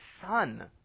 son